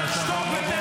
אתה שר בממשלה,